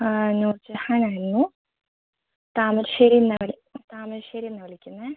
നൂർജഹാൻ ആയിരുന്നു താമരശ്ശേരിയിൽനിന്നാണ് വിളി താമരശ്ശേരിയിൽനിന്നാണ് വിളിക്കുന്നത്